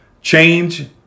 change